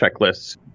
checklists